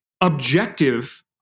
objective